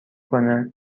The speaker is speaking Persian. کنه